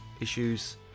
issues